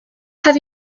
have